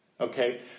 Okay